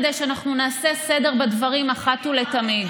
כדי שאנחנו נעשה סדר בדברים אחת ולתמיד.